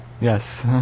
Yes